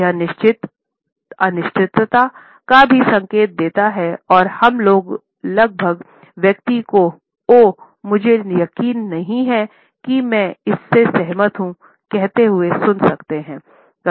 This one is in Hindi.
यह निश्चित अनिश्चितता का भी संकेत देता है और हम लगभग व्यक्ति को 'ओह मुझे यकीन नहीं है कि मैं इससे सहमत हूं' कहते हुए सुन सकते हैं